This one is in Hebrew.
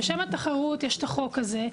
בשם התחרות יש את החוק הזה.